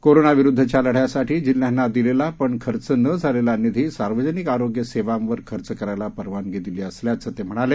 कोरोनाविरुद्धच्या लढ्यासाठी जिल्ह्यांना दिलेला पण खर्च न झालेला निधी सार्वजनिक आरोग्य सेवांवर खर्च करायला परवानगी दिली असल्याचं ते म्हणाले